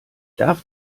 darf